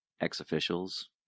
ex-officials